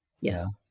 Yes